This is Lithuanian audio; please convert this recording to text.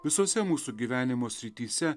visose mūsų gyvenimo srityse